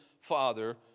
Father